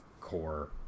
core